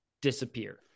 disappear